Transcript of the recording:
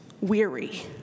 weary